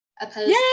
opposed